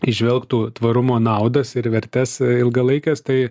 įžvelgtų tvarumo naudas ir vertes ilgalaikes tai